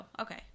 okay